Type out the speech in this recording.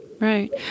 Right